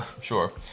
Sure